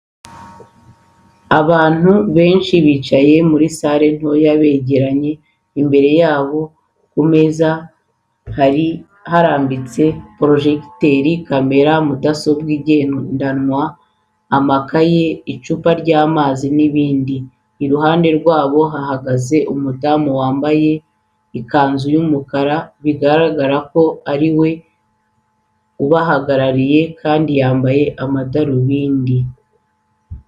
Abantu banshi bicaye muri sale ntoya begeranye, imbere yabo ku meza ihari harambitse porojegiteri, kamera, mudasobwa ngendanwa, amakayi, icupa ryamazi n'ibindi. Iruhande rwabo hahagaze umudamu wambaye ikanzi y'umukara bigaragara ko ari we ubahagarariye kandi yambaye amadarubindi.